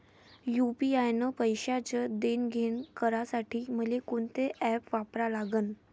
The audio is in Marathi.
यू.पी.आय न पैशाचं देणंघेणं करासाठी मले कोनते ॲप वापरा लागन?